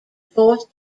fourth